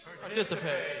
Participate